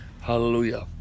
Hallelujah